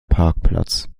parkplatz